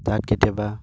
তাত কেতিয়াবা